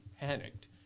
panicked